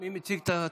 מי מציג את ההצעה?